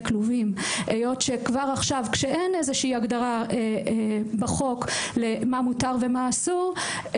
כלובים היות שכבר עכשיו כשאין איזושהי הגדרה בחוק למה מותר ומה אסור,